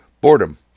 Boredom